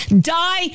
die